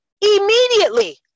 immediately